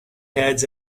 heads